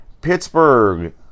Pittsburgh